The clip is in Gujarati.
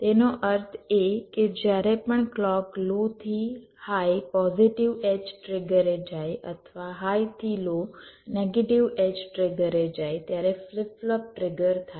તેનો અર્થ એ કે જ્યારે પણ ક્લૉક લો થી હાઈ પોઝિટિવ એડ્જ ટ્રિગરે જાય અથવા હાઈ થી લો નેગેટિવ એડ્જ ટ્રિગરે જાય ત્યારે ફ્લિપ ફ્લોપ ટ્રિગર થઈ જાય છે